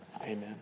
Amen